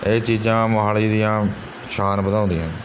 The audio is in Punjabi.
ਇਹ ਚੀਜ਼ਾਂ ਮੋਹਾਲੀ ਦੀਆਂ ਸ਼ਾਨ ਵਧਾਉਂਦੀਆਂ